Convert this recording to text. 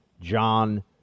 John